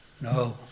No